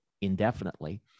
indefinitely